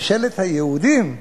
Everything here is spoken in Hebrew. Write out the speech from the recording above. ממשלת היהודים,